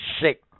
Sick